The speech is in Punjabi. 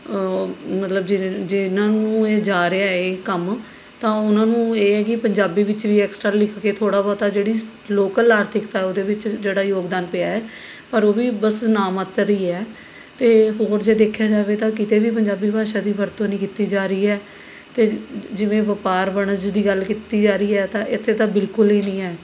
ਮਤਲਬ ਜਿ ਜਿਹਨਾਂ ਨੂੰ ਇਹ ਜਾ ਰਿਹਾ ਹੈ ਕੰਮ ਤਾਂ ਉਹਨਾਂ ਨੂੰ ਇਹ ਹੈ ਕਿ ਪੰਜਾਬੀ ਵਿੱਚ ਵੀ ਐਕਸਟ੍ਰਾ ਲਿਖ ਕੇ ਥੋੜ੍ਹਾ ਬਹੁਤਾ ਜਿਹੜੀ ਲੌਕਲ ਆਰਥਿਕਤਾ ਉਹਦੇ ਵਿੱਚ ਜਿਹੜਾ ਯੋਗਦਾਨ ਪਿਆ ਹੈ ਪਰ ਉਹ ਵੀ ਬਸ ਨਾ ਮਾਤਰ ਹੀ ਹੈ ਅਤੇ ਹੋਰ ਜੇ ਦੇਖਿਆ ਜਾਵੇ ਤਾਂ ਕਿਤੇ ਵੀ ਪੰਜਾਬੀ ਭਾਸ਼ਾ ਦੀ ਵਰਤੋਂ ਨਹੀਂ ਕੀਤੀ ਜਾ ਰਹੀ ਹੈ ਅਤੇ ਜਿਵੇਂ ਵਪਾਰ ਵਣਜ ਦੀ ਗੱਲ ਕੀਤੀ ਜਾ ਰਹੀ ਹੈ ਤਾਂ ਇੱਥੇ ਤਾਂ ਬਿਲਕੁਲ ਹੀ ਨਹੀਂ ਹੈ